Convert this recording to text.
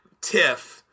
TIFF